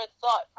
thought